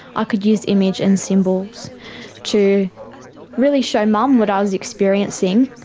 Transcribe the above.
ah could use image and symbols to really show mum what i was experiencing,